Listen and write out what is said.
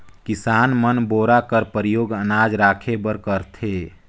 किसान मन बोरा कर परियोग अनाज राखे बर करथे